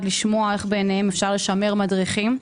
לשמוע איך בעיניהם אפשר לשמר מדריכים?